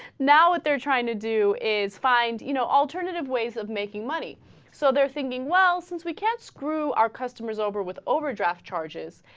now what they're trying to do is find you know alternative ways of making money so they're thinking well since we can't screw our customers over with overdraft charges